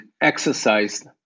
exercised